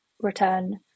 return